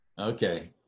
okay